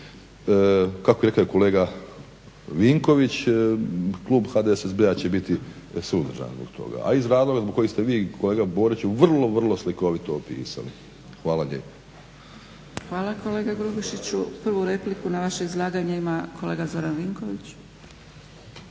Kako je rekao kolega Vinković, klub HDSSB-a će biti suzdržan zbog toga, a iz razloga zbog kojeg ste vi kolega Boriću vrlo, vrlo slikovito opisali. Hvala lijepa. **Zgrebec, Dragica (SDP)** Hvala kolega Grubišiću. Prvu repliku na vaše izlaganje ima kolega Zoran Vinković.